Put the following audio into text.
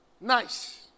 nice